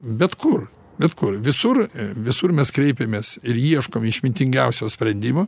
bet kur bet kur visur visur mes kreipiamės ir ieškom išmintingiausio sprendimo